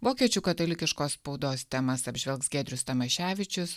vokiečių katalikiškos spaudos temas apžvelgs giedrius tamaševičius